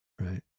Right